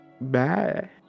Bye